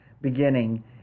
beginning